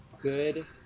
Good